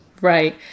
Right